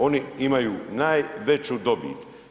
Oni imaju najveću dobit.